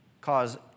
cause